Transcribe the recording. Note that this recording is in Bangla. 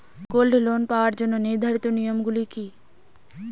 গোল্ড লোন পাওয়ার জন্য নির্ধারিত নিয়ম গুলি কি?